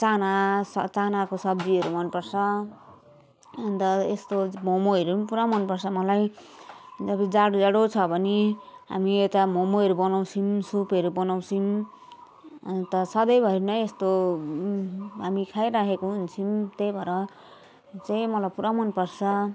चाना चानाको सब्जीहरू मनपर्छ अन्त यस्तो मोमोहरू पनि पुरा मनपर्छ मलाई किनकि जाडो जाडो छ भने हामी यता मोमोहरू बनाउँछौँ सुपहरू बनाउँछौँ अन्त सधैँभरि नै यस्तो हामी खाइरहेको हुन्छौँ त्यही भएर चाहिँ मलाई पुरा मनपर्छ